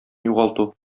югалту